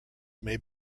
may